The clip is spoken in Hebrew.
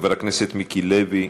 חבר הכנסת מיקי לוי,